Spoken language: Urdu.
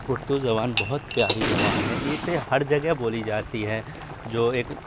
اردو زبان بہت پیاری زبان ہے اسے ہر جگہ بولی جاتی ہے جو ایک